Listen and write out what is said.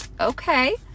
okay